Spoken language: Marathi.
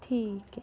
ठीक आहे